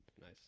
Nice